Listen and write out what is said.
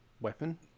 weapon